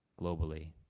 globally